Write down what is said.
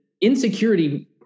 insecurity